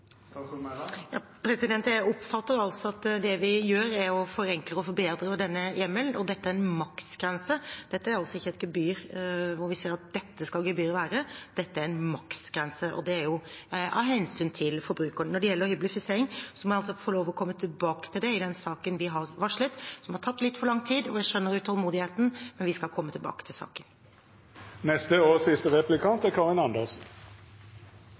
Jeg oppfatter at det vi gjør, er å forenkle og forbedre denne hjemmelen. Dette er en maksgrense. Vi sier ikke at gebyret skal være akkurat dette, dette er en maksgrense. Og det er av hensyn til forbrukerne. Når det gjelder hyblifisering, må jeg få komme tilbake til det i den saken vi har varslet, som har tatt litt for lang tid, og jeg skjønner utålmodigheten, men vi skal komme tilbake til saken. Statsråden var så vidt inne på hva endringene for å begrense hyblifisering skal kunne være. Der vil det etter SVs syn være behov for endringer i plan- og